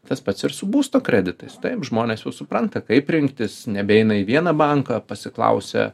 tas pats ir su būsto kreditais taip žmonės jau supranta kaip rinktis nebeina į vieną banką pasiklausia